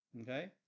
okay